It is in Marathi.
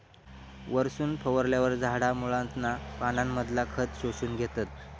वरसून फवारल्यार झाडा मुळांतना पानांमधना खत शोषून घेतत